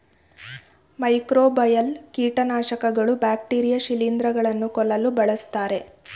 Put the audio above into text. microbial ಕೀಟನಾಶಕಗಳು bacteria ಶಿಲಿಂದ್ರ ಗಳನ್ನು ಕೊಲ್ಲಲು ಬಳ್ಸತ್ತರೆ